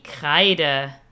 Kreide